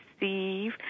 receive